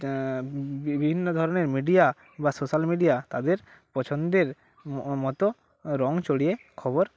বিভিন্ন ধরনের মিডিয়া বা সোশ্যাল মিডিয়া তাদের পছন্দের মতো রঙ চড়িয়ে খবর